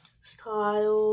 Style